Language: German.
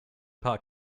paar